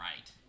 right